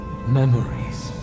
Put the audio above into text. Memories